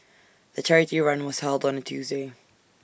the charity run was held on A Tuesday